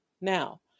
Now